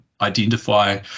identify